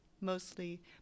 mostly